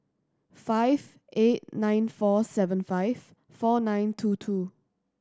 five eight nine four seven five four nine two two